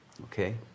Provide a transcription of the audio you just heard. Okay